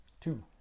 Two